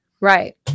Right